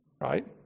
right